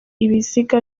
ibiziga